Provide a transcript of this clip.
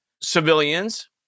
Civilians